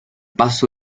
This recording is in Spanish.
paso